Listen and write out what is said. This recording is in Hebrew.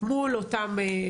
מול אותם,